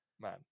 Man